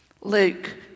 Luke